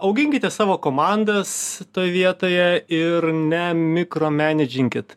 auginkite savo komandas toj vietoje ir ne mikromenedžinkit